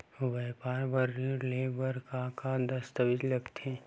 व्यापार बर ऋण ले बर का का दस्तावेज लगथे?